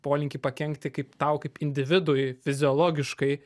polinkį pakenkti kaip tau kaip individui fiziologiškai